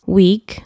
week